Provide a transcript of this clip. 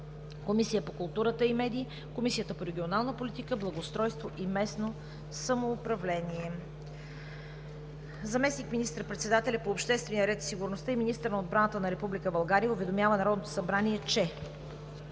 Комисията по културата и медиите. Разпределен е и на Комисията по регионална политика, благоустройство и местно самоуправление. Съобщения: Заместник министър-председателят по обществения ред и сигурността и министър на отбраната на Република България уведомява Народното събрание, че: